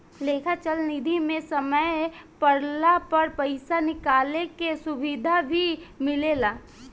लेखा चल निधी मे समय पड़ला पर पइसा निकाले के सुविधा भी मिलेला